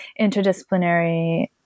interdisciplinary